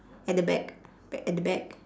at the back at the back